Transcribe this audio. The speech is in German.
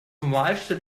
normalste